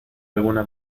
alguna